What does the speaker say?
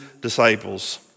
disciples